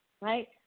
right